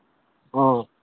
অ